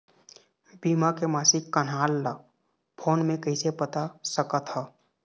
बीमा के मासिक कन्हार ला फ़ोन मे कइसे पता सकत ह?